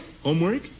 Homework